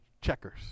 checkers